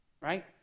right